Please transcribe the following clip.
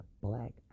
black